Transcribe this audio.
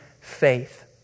faith